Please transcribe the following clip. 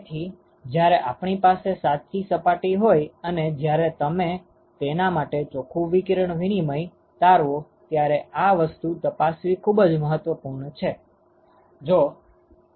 તેથી જયારે આપણી પાસે સાચી સપાટી હોઈ અને જયારે તમે તેના માટે ચોખ્ખું વિકિરણ વિનિમય તારવો ત્યારે આ વસ્તુ તપાસવી ખુબ જ મહત્વપૂર્ણ છે